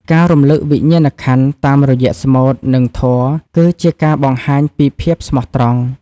ការរំលឹកវិញ្ញាណក្ខន្ធតាមរយៈស្មូត និងធម៌ គឺជាការបង្ហាញពីភាពស្មោះត្រង់។